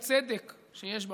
נגד הרוע והאי-צדק שיש בעולם,